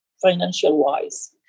financial-wise